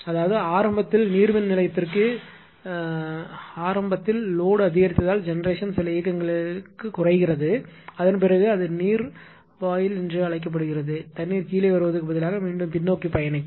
அதாவது ஆரம்பத்தில் நீர்மின் நிலையத்திற்கு என்ன நடந்தது என்றால் ஆரம்பத்தில் லோடு அதிகரித்ததால் ஜெனெரேஷன் சில இயக்கங்களுக்கு குறைகிறது அதன் பிறகு அது நீர் வாயில் என்று அழைக்கப்படுகிறது தண்ணீர் கீழே வருவதற்கு பதிலாக மீண்டும் பின்னோக்கி பயணிக்கும்